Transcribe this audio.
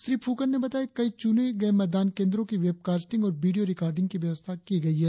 श्री फ्रकन ने बताया कि कई चुने हुए मतदान केंद्रों की वेब कास्टिंग और विडियों रिकार्डिंग की व्यवस्था की गई है